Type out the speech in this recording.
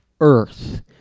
earth